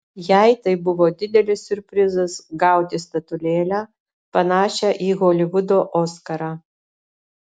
jai tai buvo didelis siurprizas gauti statulėlę panašią į holivudo oskarą